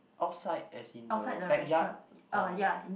outside as in the backyard or